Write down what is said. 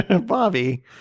Bobby